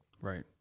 Right